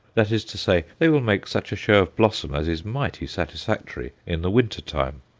that is to say, they will make such a show of blossom as is mighty satisfactory in the winter time.